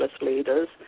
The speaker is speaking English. leaders